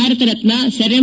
Bharat Ratna Sir M